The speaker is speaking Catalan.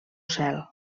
cel